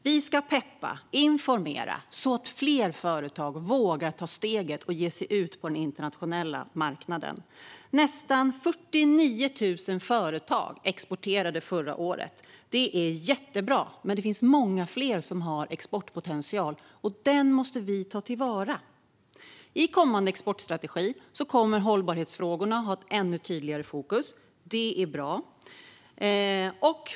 Vi ska peppa och informera så att fler företag vågar ta steget och ger sig ut på den internationella marknaden. Nästan 49 000 företag exporterade förra året. Det är jättebra. Men många fler har exportpotential, och den måste vi ta till vara. I kommande exportstrategi kommer hållbarhetsfrågorna att ha ett ännu tydligare fokus. Det är bra.